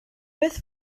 beth